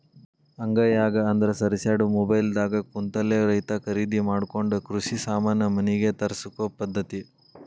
ಅಂಗೈಯಾಗ ಅಂದ್ರ ಸರಿಸ್ಯಾಡು ಮೊಬೈಲ್ ದಾಗ ಕುಂತಲೆ ರೈತಾ ಕರಿದಿ ಮಾಡಕೊಂಡ ಕೃಷಿ ಸಾಮಾನ ಮನಿಗೆ ತರ್ಸಕೊ ಪದ್ದತಿ